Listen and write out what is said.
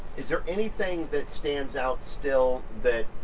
is there anything that stands out still, that